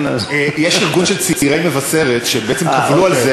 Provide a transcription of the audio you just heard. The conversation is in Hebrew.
יש ארגון של צעירי מבשרת שבעצם קבלו על זה